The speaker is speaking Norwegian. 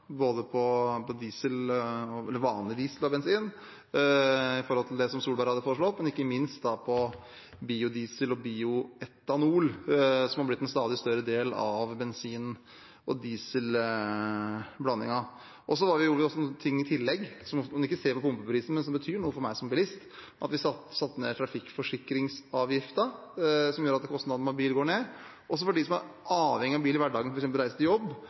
forhold til det som Solberg hadde foreslått, og ikke minst på biodiesel og bioetanol, som har blitt en stadig større del av bensin- og dieselblandingen. Vi gjorde også ting i tillegg som en ikke ser på pumpeprisen, men som betyr noe for meg som bilist. Vi satte ned trafikkforsikringsavgiften, som gjør at kostnadene med å ha bil går ned. Også for dem som er avhengig av bil i hverdagen, f.eks. ved reise til jobb,